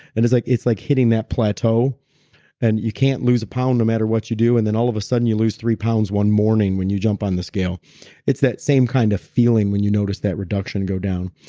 and it's like it's like hitting that plateau and you can't lose a pound no matter what you do, and then all of a sudden you lose three pounds one morning when you jump on the scale it's that same kind of feeling when you notice that reduction go down.